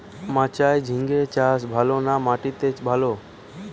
মাচায় ঝিঙ্গা চাষ ভালো না মাটিতে ভালো?